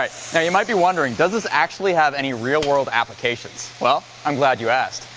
ah so you might be wondering does this actually have any real-world applications? well i'm glad you asked.